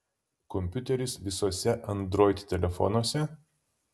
kompiuteris visuose android telefonuose